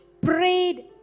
prayed